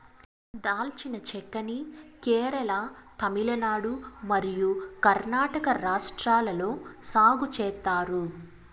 దాల్చిన చెక్క ని కేరళ, తమిళనాడు మరియు కర్ణాటక రాష్ట్రాలలో సాగు చేత్తారు